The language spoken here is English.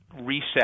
reset